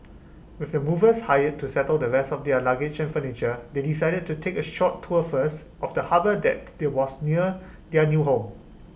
with the movers hired to settle the rest of their luggage and furniture they decided to take A short tour first of the harbour that they was near their new home